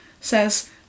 says